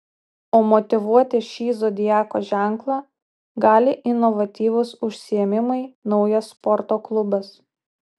o motyvuoti šį zodiako ženklą gali inovatyvūs užsiėmimai naujas sporto klubas